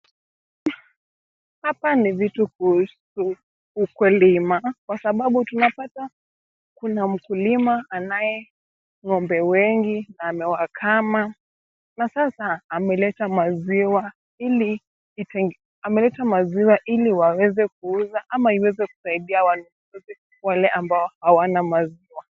Hapa ni viti kuuzwa vya ukulima kwa sababu tunapata Kuna mkulima anaye ng'ombe wengi ameleta maziwa Ile waweze kuuza ama kusaidia wale hawana maziwa.